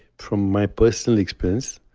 from my personal experience,